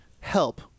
help